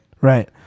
right